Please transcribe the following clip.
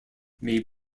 may